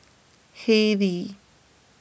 Haylee